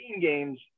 games